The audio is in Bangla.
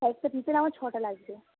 কয়েকটা পিটুনাও ছটা লাগবে